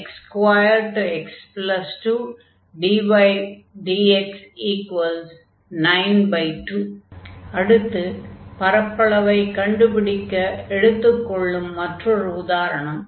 12x2x2dydx92 அடுத்து பரப்பளவைக் கண்டுபிடிக்க எடுத்துக் கொள்ளும் மற்றொரு உதாரணம்